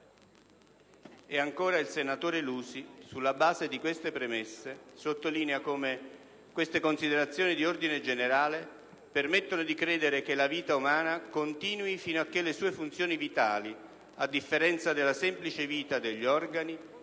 ancora il senatore Lusi sottolinea come «considerazioni d'ordine generale permettono di credere che la vita umana continui fino a che le sue funzioni vitali - a differenza della semplice vita degli organi